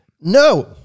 No